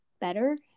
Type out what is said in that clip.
better